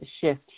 shift